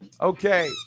Okay